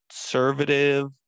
conservative